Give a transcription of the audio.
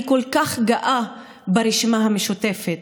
אני כל כך גאה ברשימה המשותפת,